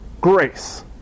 grace